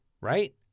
right